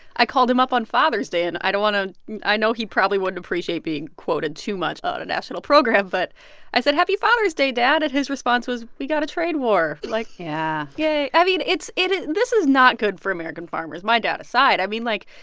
i called him up on father's day, and i don't want to i know he probably wouldn't appreciate being quoted too much on a national program, but i said, happy father's day, dad. and his response was, we got a trade war. like. yeah. yay. i mean, it is this is not good for american farmers, my dad aside. i mean, like,